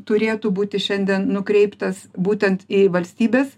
turėtų būti šiandien nukreiptas būtent į valstybės